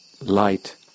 light